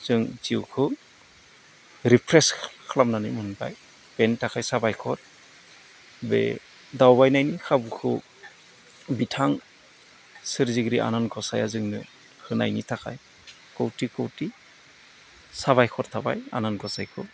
जों जिउखौ रिफ्रेस खालामनानै मोनबाय बेनि थाखाय साबायखर बे दावबायनायनि खाबुखौ बिथां सोरजिगिरि अनान गसाया जोंनो होनायनि थाखाय खौथि खौथि साबायखर थाबाय आनान गसायखौ